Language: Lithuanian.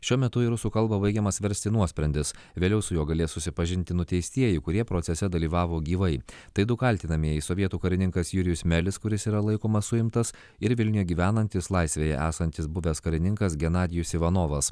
šiuo metu į rusų kalbą baigiamas versti nuosprendis vėliau su juo galės susipažinti nuteistieji kurie procese dalyvavo gyvai tai du kaltinamieji sovietų karininkas jurijus melis kuris yra laikomas suimtas ir vilniuje gyvenantys laisvėje esantis buvęs karininkas genadijus ivanovas